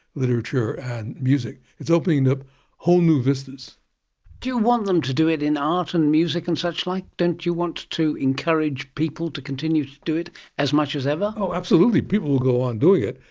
literature and music. it's opening up whole new vistas. do you want them to do it in art and music and suchlike? don't you want to encourage people to continue to do it as much as ever? oh, absolutely. people will go on doing it.